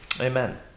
Amen